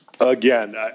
Again